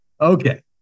Okay